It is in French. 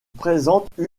présentent